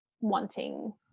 wanting